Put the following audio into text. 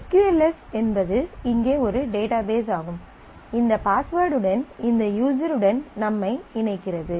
S Q L S என்பது இங்கே ஒரு டேட்டாபேஸ் ஆகும் இந்த பாஸ்வெர்ட் உடன் இந்த யூஸர் உடன் நம்மை இணைக்கிறது